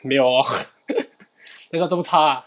没有 lor 那个这么差